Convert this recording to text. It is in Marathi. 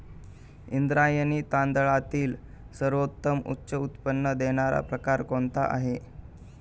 इंद्रायणी तांदळातील सर्वोत्तम उच्च उत्पन्न देणारा प्रकार कोणता आहे?